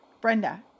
Brenda